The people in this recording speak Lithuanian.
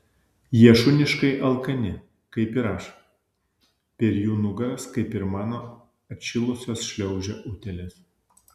jie šuniškai alkani kaip ir aš per jų nugaras kaip ir mano atšilusios šliaužia utėlės